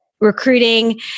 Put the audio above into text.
recruiting